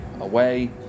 away